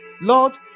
Lord